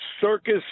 circus